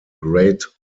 great